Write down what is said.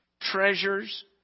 treasures